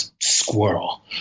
squirrel